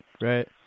Right